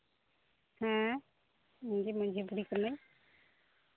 ᱦᱮᱸ ᱤᱧᱜᱮ ᱢᱟᱹᱡᱷᱤ ᱵᱩᱲᱦᱤ ᱠᱟᱹᱱᱟᱹᱧ